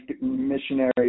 missionary